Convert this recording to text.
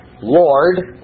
Lord